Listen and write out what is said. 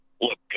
look